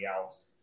else –